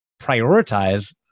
prioritize